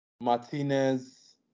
Martinez